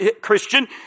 Christian